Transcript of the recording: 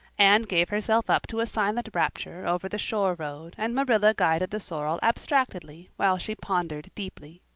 anne gave herself up to a silent rapture over the shore road and marilla guided the sorrel abstractedly while she pondered deeply.